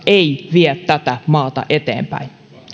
ei vie tätä maata eteenpäin